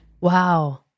Wow